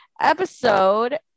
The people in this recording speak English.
episode